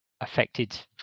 affected